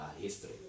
history